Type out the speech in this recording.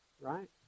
right